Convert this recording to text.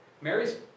Mary's